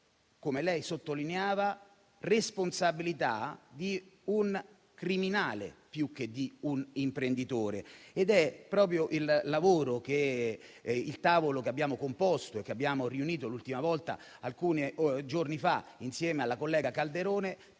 come lei sottolineava - è responsabile un criminale, più che un imprenditore. È proprio il lavoro che il tavolo che abbiamo composto e che abbiamo riunito l'ultima volta alcuni giorni fa, insieme alla collega Calderone,